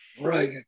right